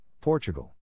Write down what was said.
Portugal